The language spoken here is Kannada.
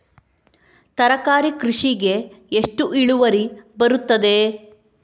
ತರಕಾರಿ ಕೃಷಿಗೆ ಎಷ್ಟು ಇಳುವರಿ ಬರುತ್ತದೆ?